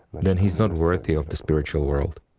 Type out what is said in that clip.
then he is not worthy of the spiritual world.